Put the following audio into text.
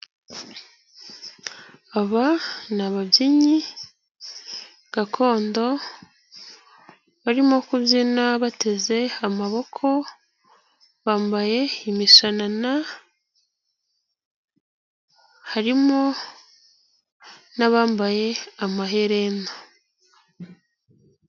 Aba ni ababyinnyi gakondo barimo kubyina bateze amaboko, bambaye imishanana harimo n'abambaye amaherena.